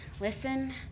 Listen